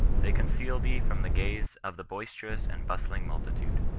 they conceal thee from the gaze of the boisterous and bustling multitude.